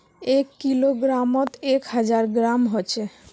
एक किलोग्रमोत एक हजार ग्राम होचे